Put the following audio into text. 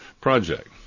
project